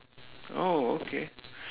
oh okay